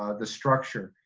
ah the structure.